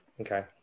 Okay